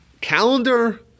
calendar